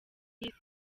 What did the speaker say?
y’isi